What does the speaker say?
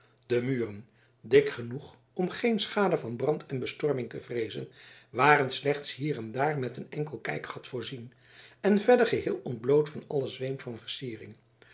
de muren dik genoeg om geen schade van brand en bestorming te vreezen waren slechts hier en daar met een enkel kijkgat voorzien en verder geheel ontbloot van allen zweem van versiering